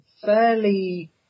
fairly